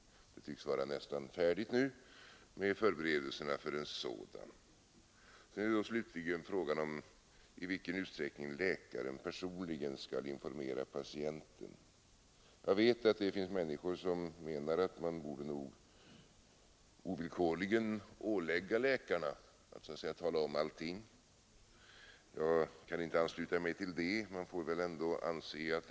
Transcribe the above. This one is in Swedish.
Det tycks vara nästan färdigt nu med förberedelserna för en sådan. Sedan är det slutligen frågan om i vilken utsträckning läkaren personligen skall informera patienten. Jag vet att det finns människor som menar att läkarna borde vara ovillkorligen ålagda att så att säga tala om allting. Jag kan inte ansluta mig till den uppfattningen.